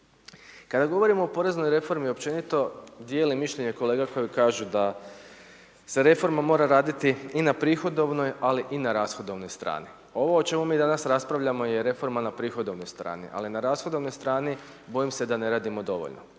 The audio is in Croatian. Kada govorimo o poreznoj reformi općenito, dijelim mišljenja kolega koji kažu da se reforma mora raditi i na prihodovnoj ali i na rashodovnoj strani. Ovo o čemu mi danas raspravljamo je reforma na prihodovnoj strani ali na rashodovnoj strani, bojim se da ne radimo dovoljno